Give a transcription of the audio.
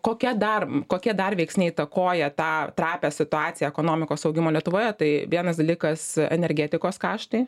kokia dar kokie dar veiksniai įtakoja tą trapią situaciją ekonomikos augimo lietuvoje tai vienas dalykas energetikos kaštai